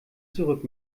zurück